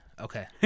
Okay